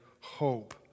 hope